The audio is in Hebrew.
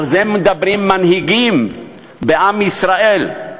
על זה מדברים מנהיגים בעם ישראל,